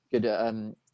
Good